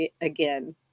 again